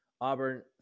Auburn